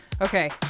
Okay